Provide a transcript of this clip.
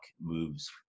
moves